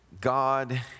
God